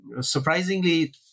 surprisingly